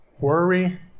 Worry